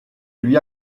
lui